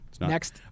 next